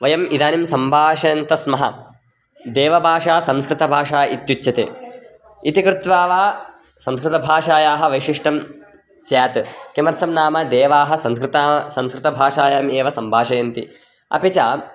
वयम् इदानीं सम्भाषयन्तः स्मः देवभाषा संस्कृतभाषा इत्युच्यते इति कृत्वा वा संस्कृतभाषायाः वैशिष्ट्यं स्यात् किमर्थं नाम देवाः संस्कृतं संस्कृतभाषायाम् एव सम्भाषयन्ति अपि च